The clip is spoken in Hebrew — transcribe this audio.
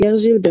פייר ז'ילבר